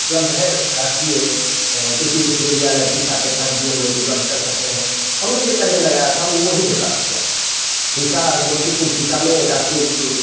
उपलब्ध है राष्ट्रीय कृषि विश्वविद्यालय पूषा के तहत हम लोग उपलब्ध कर सकते हैं हम ने जो पहले लगाया था वो वहीं से प्राप्त किया था पूषा समस्तीपुर पूषा में राष्ट्रीय